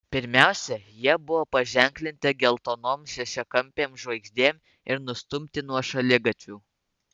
pirmiausia jie buvo paženklinti geltonom šešiakampėm žvaigždėm ir nustumti nuo šaligatvių